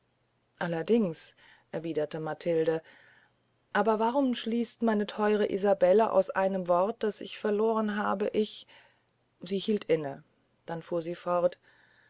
allerdings versetzte matilde aber warum schließt meine theure isabelle aus einem wort das ich verlohren habe ich sie hielt ein dann fuhr sie fort